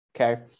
okay